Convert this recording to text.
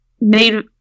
made